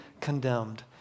condemned